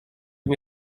nie